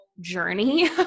journey